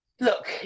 Look